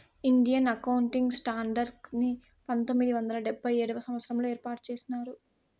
Indian accounting standards ని పంతొమ్మిది వందల డెబ్భై ఏడవ సంవచ్చరంలో ఏర్పాటు చేసినారు